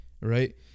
right